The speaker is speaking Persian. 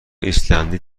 ایسلندی